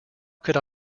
could